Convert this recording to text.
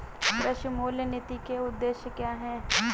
कृषि मूल्य नीति के उद्देश्य क्या है?